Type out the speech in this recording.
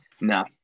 No